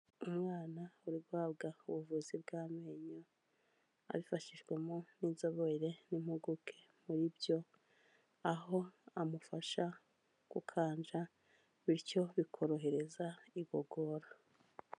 Umwana uri guhabwa ubuvuzi bw'amenyo, abifashijwemo n'inzobere, n'impuguke muri byo aho amufasha gukanja bityo bikorohereza igogora.